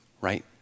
right